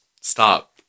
stop